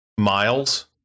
miles